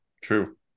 true